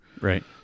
Right